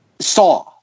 Saw